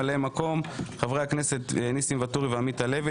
חברי הכנסת ניסים ואטורי ועמית הלוי.